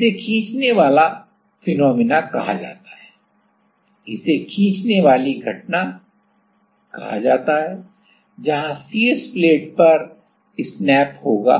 तो इसे खींचने वाला फिनोमिना कहा जाता है इसे खींचने वाली घटना कहा जाता है जहां शीर्ष प्लेट पर स्नैप होगा